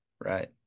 Right